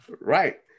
Right